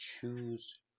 choose